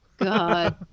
God